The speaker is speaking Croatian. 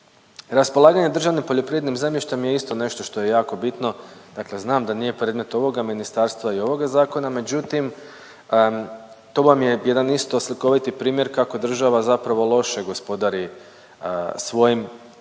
Raspolaganje državnim poljoprivrednim zemljištem je isto nešto što je jako bitno, dakle da znam da nije predmet ovoga ministarstva i ovoga zakona, međutim to vam je jedan isto slikoviti primjer kako država zapravo loše gospodari svojim